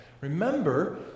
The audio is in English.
Remember